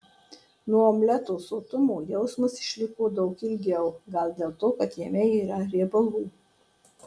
nuo omleto sotumo jausmas išliko daug ilgiau gal dėl to kad jame yra riebalų